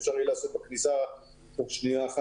שאפשר יהיה לקבל תוצאה תוך כמה שניות,